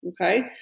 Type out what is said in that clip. okay